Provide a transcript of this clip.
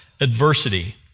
adversity